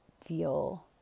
feel